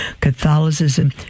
Catholicism